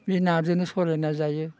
बे नाजोंनो सलायना जायो